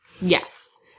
Yes